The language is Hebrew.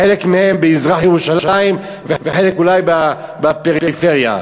חלק מהם במזרח-ירושלים וחלק אולי בפריפריה.